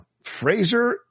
Fraser